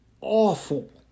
awful